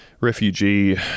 refugee